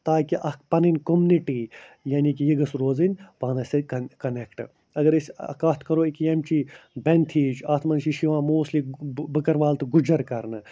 تاکہِ اَکھ پَنٕنۍ کوٚمینٹی یعنی کہِ یہِ گٔژھ روزٕنۍ پانَس سۭتۍ کَن کَنیٚکٹہٕ اگر أسۍ کَتھ کَرَو یہِ کہِ یٔمچی بٮ۪نتیٖچ اتھ منٛز چھِ یِوان موسٹلی بٔکٕروال تہٕ گُجَر کَرنہٕ